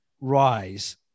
rise